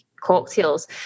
cocktails